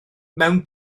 mewn